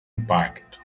impacto